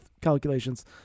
calculations